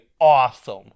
awesome